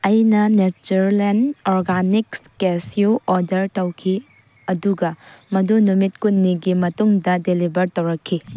ꯑꯩꯅ ꯅꯦꯆꯔꯂꯦꯟ organic cashew order ꯇꯧꯈꯤ ꯑꯗꯨꯒ ꯃꯗꯨ ꯅꯨꯃꯤꯠ ꯀꯨꯟꯅꯤꯒꯤ ꯃꯇꯨꯡꯗ ꯗꯦꯂꯤꯕꯔ ꯇꯧꯔꯛꯈꯤ